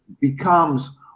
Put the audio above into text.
becomes